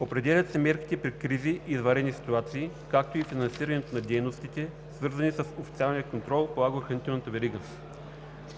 Определят се мерките при кризи и извънредни ситуации, както и финансирането на дейностите, свързани с официалния контрол по агрохранителната верига.